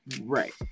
Right